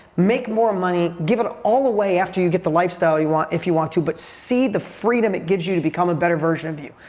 make more money, give it all away after you get the lifestyle you want, if you want to. but see the freedom it gives you to become a better version of you.